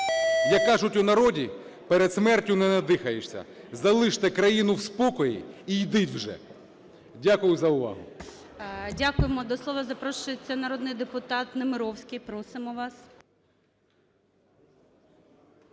Як кажуть у народі: "Перед смертю не надихаєшся". Залиште країну у спокої і йдіть вже. Дякую за увагу. ГОЛОВУЮЧИЙ. Дякуємо. До слова запрошується народний депутат Немировський. Просимо вас.